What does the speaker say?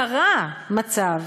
קרה מצב,